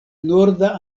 norda